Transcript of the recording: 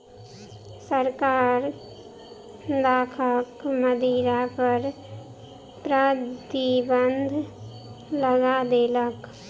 सरकार दाखक मदिरा पर प्रतिबन्ध लगा देलक